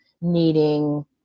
needing